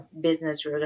Business